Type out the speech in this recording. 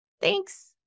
Thanks